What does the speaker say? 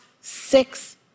six